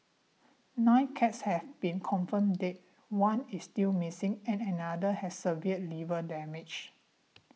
nine cats have been confirmed dead one is still missing and another has severe liver damage